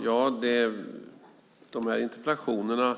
Fru talman! De här interpellationerna